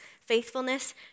faithfulness